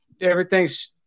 everything's